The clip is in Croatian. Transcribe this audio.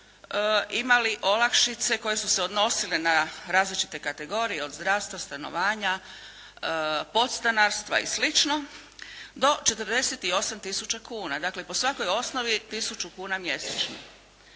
imali olakšice koje su se odnosile na različite kategorije od zdravstva, stanovanja, podstanarstva i slično do 48 tisuća kuna. Dakle, po svakoj osnovi tisuću kuna mjesečno.